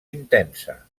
intensa